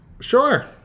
sure